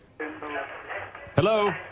hello